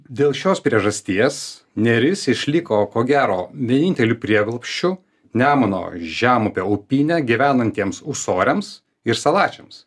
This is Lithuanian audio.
dėl šios priežasties neris išliko ko gero vieninteliu prieglobsčiu nemuno žemupio upyne gyvenantiems ūsoriams ir salačiams